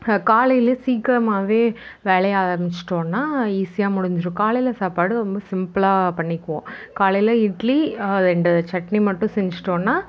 காலையில் சீக்கிரமாவே வேலையை ஆரம்பிச்சிட்டோம்னா ஈஸியாக முடிஞ்சிடும் காலையில் சாப்பாடு ரொம்ப சிம்பிளாக பண்ணிக்குவோம் காலையில் இட்லி ரெண்டு சட்னி மட்டும் செஞ்சிட்டோம்னா